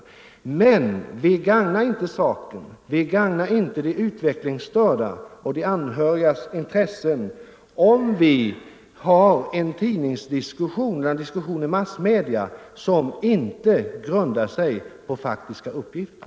Men vi gagnar inte saken, vi gagnar inte de utvecklingsstördas och de anhörigas intressen med en tidningsdiskussion och en diskussion i massmedia över huvud taget som inte grundar sig på faktiska uppgifter.